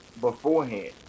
beforehand